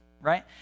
Right